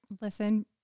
Listen